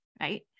right